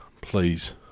please